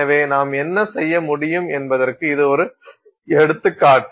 எனவே நாம் என்ன செய்ய முடியும் என்பதற்கு இது ஒரு எடுத்துக்காட்டு